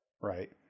Right